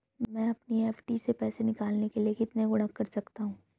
मैं अपनी एफ.डी से पैसे निकालने के लिए कितने गुणक कर सकता हूँ?